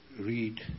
read